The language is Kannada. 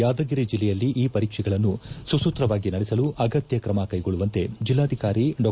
ಯಾದಗಿರಿ ಜಿಲ್ಲೆಯಲ್ಲಿ ಈ ಪರೀಕ್ಷೆಗಳನ್ನು ಸುಸೂತ್ರವಾಗಿ ನಡೆಸಲು ಅಗತ್ಯ ಕ್ರಮ ಕೈಗೊಳ್ಳುವಂತೆ ಜಿಲ್ಲಾಧಿಕಾರಿ ಡಾ